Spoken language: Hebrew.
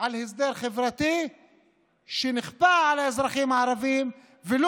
על הסדר חברתי שנכפה על האזרחים הערבים ולא